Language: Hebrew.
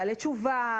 לבעלי תשובה,